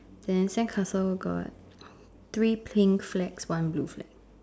then sandcastle got three pink flags one blue flag